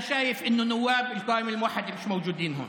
אני רואה שחברי הכנסת מהרשימה המאוחדת לא נמצאים כאן.